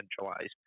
centralized